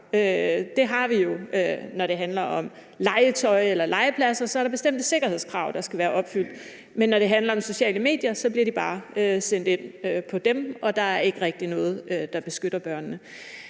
Det har vi jo, når det handler om legetøj eller legepladser. Så er der bestemte sikkerhedskrav, der skal være opfyldt. Men når det handler om sociale medier, så bliver de bare sendt ind på dem, og der er ikke rigtig noget, der beskytter børnene.